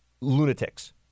lunatics